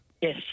Yes